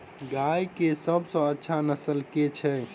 गाय केँ सबसँ अच्छा नस्ल केँ छैय?